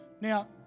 Now